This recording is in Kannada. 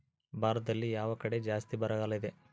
ಭಾರತದಲ್ಲಿ ಯಾವ ಕಡೆ ಜಾಸ್ತಿ ಬರಗಾಲ ಇದೆ?